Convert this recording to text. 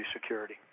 security